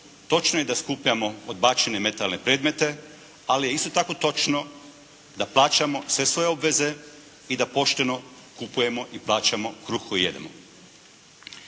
točno je da skupljamo odbačene metalne predmete ali je isto tako točno da plaćamo sve svoje obveze i da pošteno kupujemo i plaćamo kruh koji jedemo.